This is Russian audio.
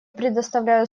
предоставляю